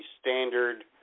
standard